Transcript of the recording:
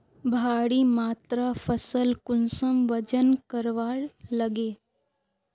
भारी मात्रा फसल कुंसम वजन करवार लगे?